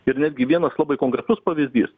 ir netgi vienas labai konkretus pavyzdys